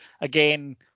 again